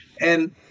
And-